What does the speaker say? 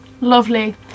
Lovely